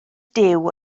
duw